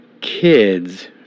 kids